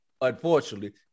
unfortunately